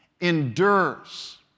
endures